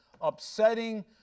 upsetting